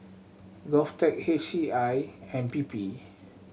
GovTech H C I and P P